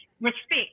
respect